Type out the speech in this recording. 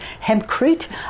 hempcrete